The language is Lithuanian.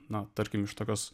na tarkim iš tokios